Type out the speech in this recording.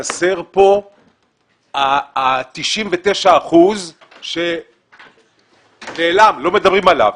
חסרים כאן ה-99 אחוזים שנעלמים ולא מדברים עליהם.